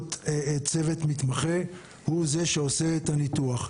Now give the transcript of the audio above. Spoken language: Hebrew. הסיטואציות צוות מתמחה, הוא זה שעושה את הניתוח.